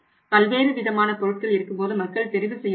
பல்வேறு விதமான பொருட்கள் இருக்கும்போது மக்கள் தெரிவு செய்ய முடியும்